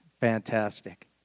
fantastic